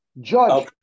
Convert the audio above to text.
Judge